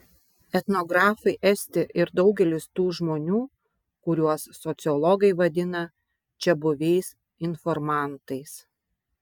etnografai esti ir daugelis tų žmonių kuriuos sociologai vadina čiabuviais informantais